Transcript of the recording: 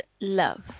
love